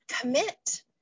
commit